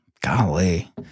Golly